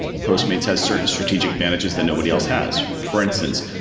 postmates has certain strategic advantages that nobody else has. for instance,